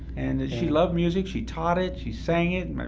and she loved music she taught it she sang it.